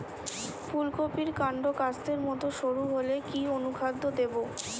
ফুলকপির কান্ড কাস্তের মত সরু হলে কি অনুখাদ্য দেবো?